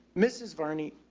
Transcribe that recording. mrs varney,